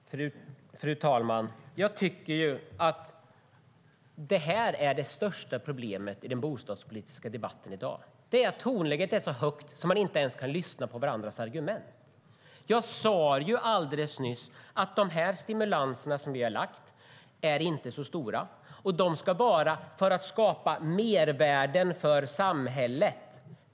Fru talman! Jag tycker att det här är det största problemet i den bostadspolitiska debatten i dag. Tonläget är så högt att man inte ens kan lyssna på varandras argument. Jag sade alldeles nyss att de stimulanser som vi har lagt fram inte är så stora. De ska vara till för att skapa mervärden för samhället.